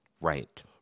right